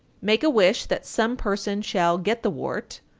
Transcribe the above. make a wish that some person shall get the wart,